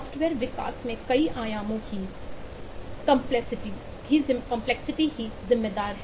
software विकास में कई आयामों की कंपलेक्सिटी ही जिम्मेदार है